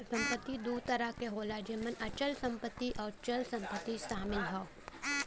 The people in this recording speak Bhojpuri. संपत्ति दू तरह क होला जेमन अचल संपत्ति आउर चल संपत्ति शामिल हौ